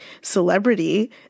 celebrity